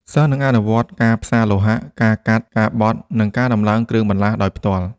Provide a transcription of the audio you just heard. សិស្សនឹងអនុវត្តការផ្សារលោហៈ ការកាត់ ការបត់ និងការដំឡើងគ្រឿងបន្លាស់ ដោយផ្ទាល់។